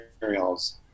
materials